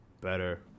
better